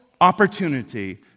opportunity